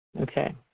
Okay